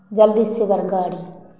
जल्दीसँ बड़ गाड़ी